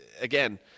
again